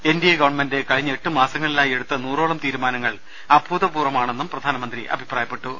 N D A government കഴിഞ്ഞ എട്ടുമാസങ്ങളിലായി എടുത്ത നൂറോളം തീരുമാനങ്ങൾ അഭൂതപൂർവ്വമാണെന്നും പ്രധാനമന്ത്രി അഭിപ്രായപ്പെട്ടു